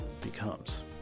becomes